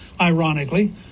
ironically